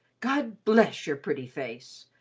god bless your pretty face!